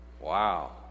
Wow